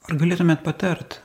ar galėtumėt patart